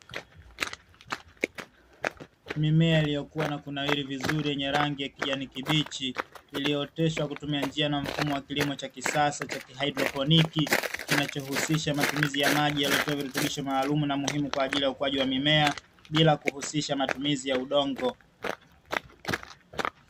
Mimea iliyokuwa na kunawiri vizuri yenye rangi ya kijani kibichi iliyooteshwa kutumia njia na mfumo wa kilimo cha kisasa cha kihaidroponi, kinachohusisha matumizi ya maji yaliyotiwa virutubisho maalumu na muhimu kwa ajili ya ukuaji wa mimea bila kuhusisha matumizi ya udongo.